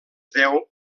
deu